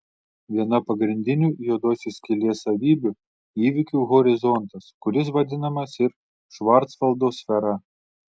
viena pagrindinių juodosios skylės savybių įvykių horizontas kuris vadinamas ir švarcvaldo sfera